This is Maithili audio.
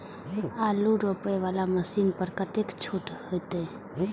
आलू रोपे वाला मशीन पर कतेक छूट होते?